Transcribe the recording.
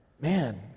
man